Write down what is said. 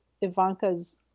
Ivanka's